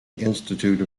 institute